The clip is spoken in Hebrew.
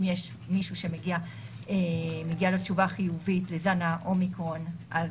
יש מישהו שמגיעה לו תשובה חיובית מזן ה-אומיקרון ,